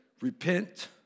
repent